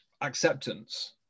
acceptance